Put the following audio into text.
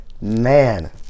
man